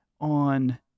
on